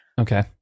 okay